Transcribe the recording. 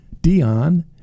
Dion